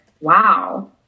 wow